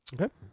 Okay